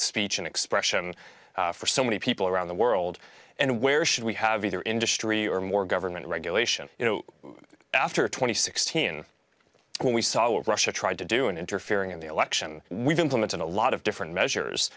speech and expression for so many people around the world and where should we have either industry or more government regulation you know after two thousand and sixteen when we saw with russia tried to do in interfering in the election we've implemented a lot of different measures